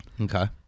Okay